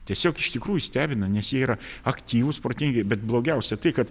tiesiog iš tikrųjų stebina nes jie yra aktyvūs protingi bet blogiausia tai kad